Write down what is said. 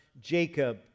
Jacob